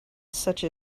such